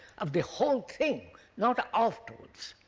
of the whole thing, not afterwards.